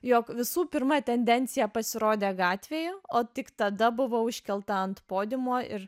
jog visų pirma tendencija pasirodė gatvėje o tik tada buvo užkelta ant podiumo ir